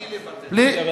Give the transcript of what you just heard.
בלי לבטא.